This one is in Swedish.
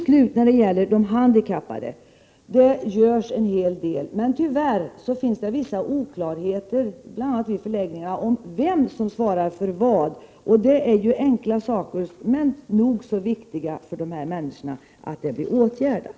När det slutligen gäller de handikappade kan jag medge att man gör en hel del för dessa. Men det finns tyvärr vissa oklarheter, bl.a. i förläggningarna, om vem som svarar för vad. Detta är enkla saker, men det är nog så viktigt för dessa människor att detta blir åtgärdat.